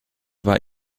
war